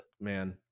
man